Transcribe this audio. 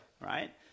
right